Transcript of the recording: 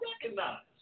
recognize